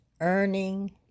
Earning